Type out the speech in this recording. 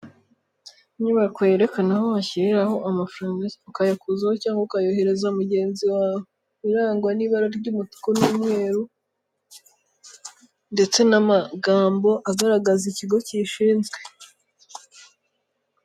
Inyubako yerekana aho washyiriraho amafaranga ukayakuzaho cyangwa ukayoherereza mugenzi wawe, irangwa n'ibara ry'umutuku n'umweru ndetse n'amagambo agaragaza ikigo kiyishinzwe.